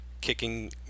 kicking